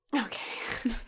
okay